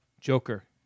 Joker